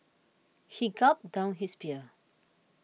he gulped down his beer